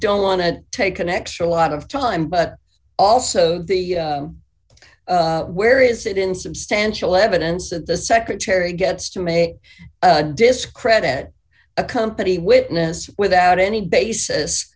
don't want to take an extra lot of time but also the where is it insubstantial evidence that the secretary gets to may discredit a company witness without any basis